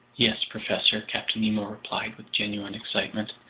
yes, professor, captain nemo replied with genuine excitement,